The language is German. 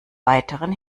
weiteren